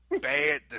Bad